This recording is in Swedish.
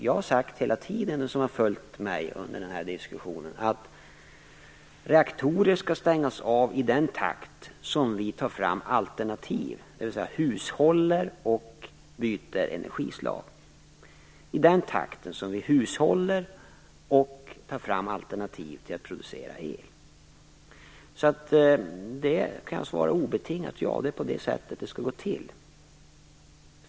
Jag har hela tiden sagt att reaktorer skall stängas av i den takt som vi tar fram alternativ, dvs. hushållning och byte av energislag, alltså i den takt som vi hushållar och tar fram alternativ till att producera el. Jag kan alltså svara obetingat ja. Det är på det sättet som det skall gå till.